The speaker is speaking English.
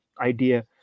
idea